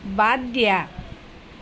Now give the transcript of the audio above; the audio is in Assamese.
বাদ দিয়া